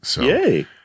Yay